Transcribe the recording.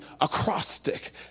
acrostic